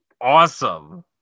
awesome